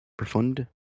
Profund